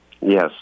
Yes